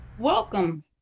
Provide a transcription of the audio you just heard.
Welcome